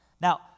Now